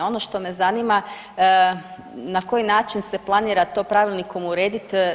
Ono što me zanima, na koji način se planira to pravilnikom urediti.